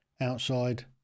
outside